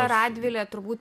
radvilė turbūt